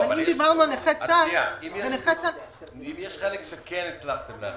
אם יש חלק שהצלחתם להחריג,